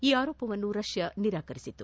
ಈ ಆರೋಪವನ್ನು ರಷ್ಯಾ ನಿರಾಕರಿಸಿತ್ತು